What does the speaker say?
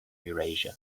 eurasia